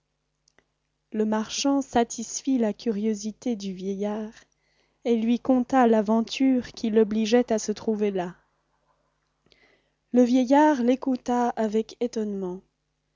le marchand satisfit la curiosité du vieillard et lui conta l'aventure qui l'obligeait à se trouver là le vieillard l'écouta avec étonnement